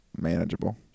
manageable